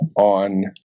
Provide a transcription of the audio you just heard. on